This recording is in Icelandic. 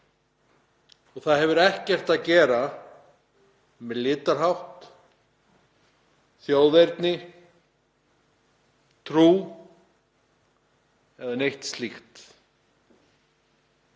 Það hefur ekkert að gera með litarhátt, þjóðerni, trú eða neitt slíkt.